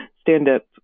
stand-up